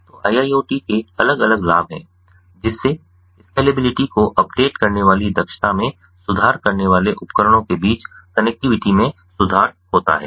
तो IIoT के अलग अलग लाभ हैं जिससे स्कैलेबिलिटी को अपडेट करने वाली दक्षता में सुधार करने वाले उपकरणों के बीच कनेक्टिविटी में सुधार होता है